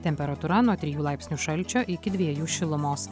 temperatūra nuo trijų laipsnių šalčio iki dviejų šilumos